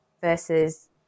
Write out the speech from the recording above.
versus